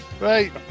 Right